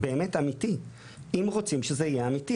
אם רוצים שזה יהיה אמיתי,